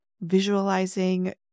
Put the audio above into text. visualizing